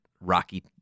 rocky